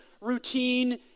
routine